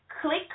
Click